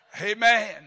Amen